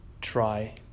try